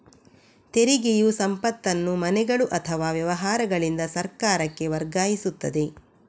ತೆರಿಗೆಯು ಸಂಪತ್ತನ್ನು ಮನೆಗಳು ಅಥವಾ ವ್ಯವಹಾರಗಳಿಂದ ಸರ್ಕಾರಕ್ಕೆ ವರ್ಗಾಯಿಸುತ್ತದೆ